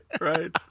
Right